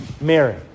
Mary